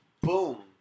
Boom